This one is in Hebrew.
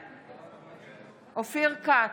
בעד אופיר כץ,